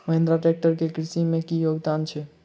Mahindra tractor केँ कृषि मे की योगदान छै?